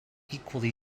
equally